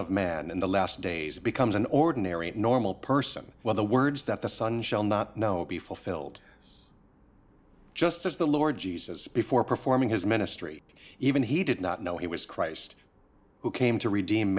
of man in the last days becomes an ordinary normal person when the words that the son shall not know be fulfilled just as the lord jesus before performing his ministry even he did not know it was christ who came to redeem